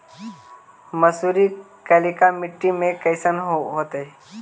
मसुरी कलिका मट्टी में कईसन होतै?